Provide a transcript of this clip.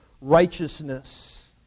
righteousness